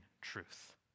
truth